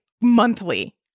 monthly